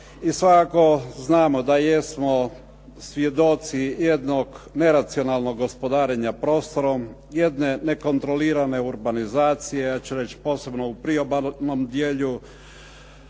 i svakako znamo da jesmo svjedoci jednog neracionalnog gospodarenja prostorom, jedne nekontrolirane urbanizacije, ja ću reći posebno u priobalnom dijelu,